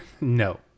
No